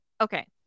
okay